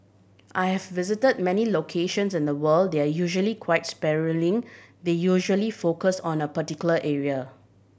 I have visited many locations in the world they're usually quite sprawling they usually focused on a particular area